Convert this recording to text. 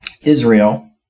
Israel